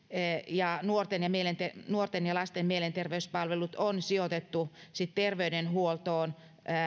ja nuorten ja lasten mielenterveyspalvelut on sijoitettu sitten terveydenhuoltoon